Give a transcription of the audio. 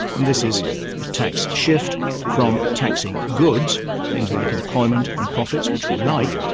and this is a tax shift from taxing goods, things like employment and profits, which we like,